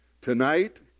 Tonight